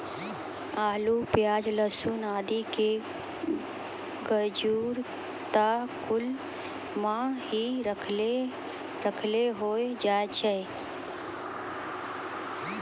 आलू, प्याज, लहसून आदि के गजूर त खुला मॅ हीं रखलो रखलो होय जाय छै